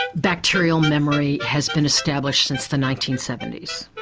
ah bacterial memory has been established since the nineteen seventy s.